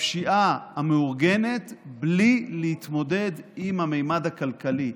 בפשיעה המאורגנת בלי להתמודד עם הממד הכלכלי.